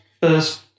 first